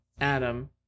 Adam